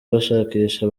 bashakisha